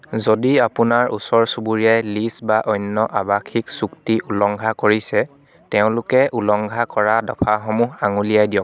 যদি আপোনাৰ ওচৰ চুবুৰীয়াই লীজ বা অন্য আৱাসিক চুক্তি উলংঘা কৰিছে তেওঁলোকে উলংঘা কৰা দফাসমূহ আঙুলিয়াই দিয়ক